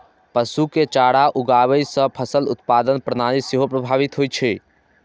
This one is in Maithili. पशु के चारा उगाबै सं फसल उत्पादन प्रणाली सेहो प्रभावित होइ छै